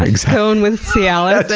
like scone with so yeah